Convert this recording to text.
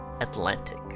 Atlantic